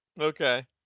okay